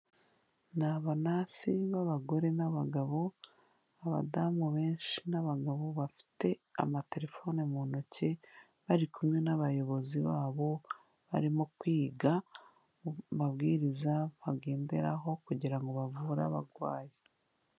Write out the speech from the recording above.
Ni abanasi b'abagore n'abagabo, abadamu benshi n'abagabo bafite amaterefoni mu ntoki, bari kumwe n'abayobozi babo, barimo kwiga amabwiriza bagenderaho, kugira ngo bavure abarwayi.